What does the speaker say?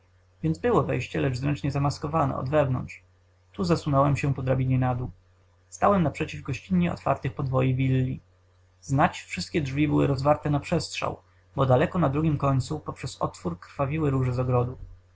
więc było wejście lecz zręcznie zamaskowane od zewnątrz tu zesunąłem się po drabinie na dół stałem naprzeciw gościnnie otwartych podwoi willi znać wszystkie drzwi były rozwarte na przestrzał bo daleko na drugim końcu poprzez otwór krwawiły róże z ogrodu